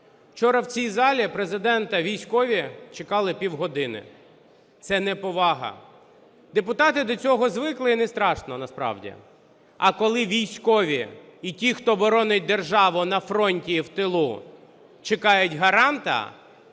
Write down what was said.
Вчора в цій залі Президента військові чекали пів години. Це неповага. Депутати до цього звикли і не страшно насправді, а коли військові і ті, хто боронить державу на фронті і в тилу, чекають гаранта,